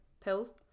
pills